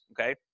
okay